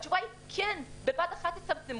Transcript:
התשובה היא כן, בבת אחת תצמצמו.